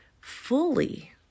fully